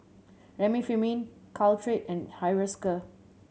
Remifemin Caltrate and Hiruscar